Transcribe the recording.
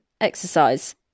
Exercise